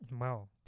wow